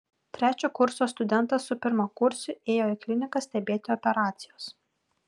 trečio kurso studentas su pirmakursiu ėjo į kliniką stebėti operacijos